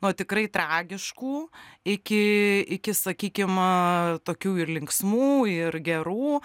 nuo tikrai tragiškų iki iki sakykim tokių ir linksmų ir gerų